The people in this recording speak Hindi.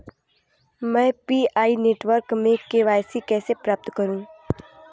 मैं पी.आई नेटवर्क में के.वाई.सी कैसे प्राप्त करूँ?